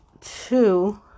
two